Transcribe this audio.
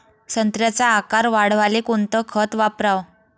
संत्र्याचा आकार वाढवाले कोणतं खत वापराव?